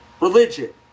religion